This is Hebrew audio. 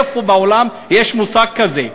איפה בעולם יש מושג כזה?